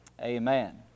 amen